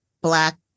black